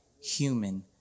human